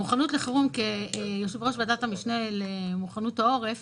כיושב-ראש המשנה למוכנות העורף,